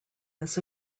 this